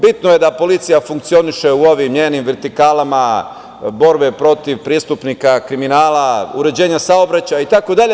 Bitno je da policija funkcioniše u ovim njenim vertikalama borbe protiv prestupnika kriminala, uređenja saobraćaja itd.